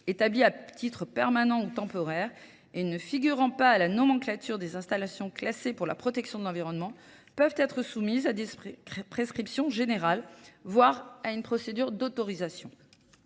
établies à titre permanent ou temporaire et ne figurant pas à la nomenclature des installations classées pour la protection de l'environnement peuvent être soumises à des prescriptions générales voire à une procédure d'autorisation.